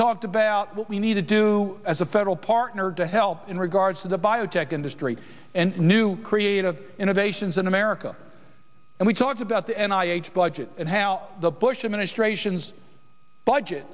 talked about what we need to do as a federal partner to help in regards to the biotech industry and new creative innovations in america and we talked about the and i h budget and how the bush administration's budget